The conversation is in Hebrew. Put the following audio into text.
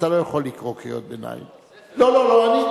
אתה לא יכול לקרוא קריאות ביניים, אבל מה עם הספר?